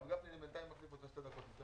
פירושים משפטיים?